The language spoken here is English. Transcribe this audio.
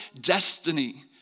destiny